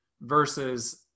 versus